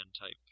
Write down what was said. type